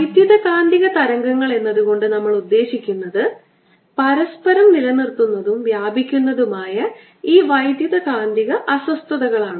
വൈദ്യുതകാന്തിക തരംഗങ്ങൾ എന്നതുകൊണ്ട് നമ്മൾ ഉദ്ദേശിക്കുന്നത് പരസ്പരം നിലനിർത്തുന്നതും വ്യാപിക്കുന്നതുമായ ഈ വൈദ്യുത കാന്തിക അസ്വസ്ഥതകളാണ്